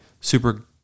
super